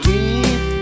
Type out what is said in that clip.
Deep